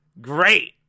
great